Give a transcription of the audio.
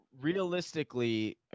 realistically